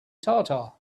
tatar